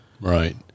right